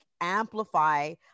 amplify